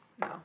No